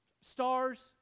stars